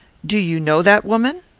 do you know that woman?